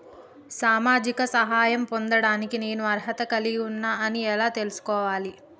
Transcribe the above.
సామాజిక సహాయం పొందడానికి నేను అర్హత కలిగి ఉన్న అని ఎలా తెలుసుకోవాలి?